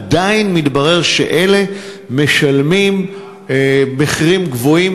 עדיין מתברר שאלה משלמים מחירים גבוהים